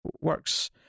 works